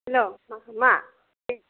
hello मा